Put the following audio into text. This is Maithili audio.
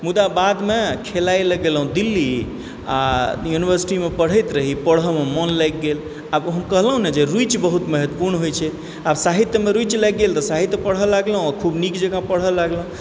मुदा बादमे खेलाइ लेल गेलहुँ दिल्ली आ यूनिवर्सिटीमे पढ़ैत रही पढ़यमे मोन लागि गेल आब हम कहलहुँ ने रुचि बहुत महत्वपूर्ण होइत छै आब सहित्यमे रुचि लागि गेल तऽ साहित्य पढ़य लगलहुँ खूब नीक जँका पढ़य लगलहुँ